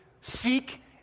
seek